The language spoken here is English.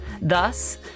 Thus